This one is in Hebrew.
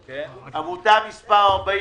הדבר,